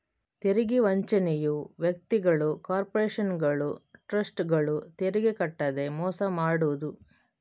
ತೆರಿಗೆ ವಂಚನೆಯು ವ್ಯಕ್ತಿಗಳು, ಕಾರ್ಪೊರೇಷನುಗಳು, ಟ್ರಸ್ಟ್ಗಳು ತೆರಿಗೆ ಕಟ್ಟದೇ ಮೋಸ ಮಾಡುದು